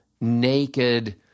naked